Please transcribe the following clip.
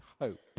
hope